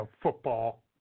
football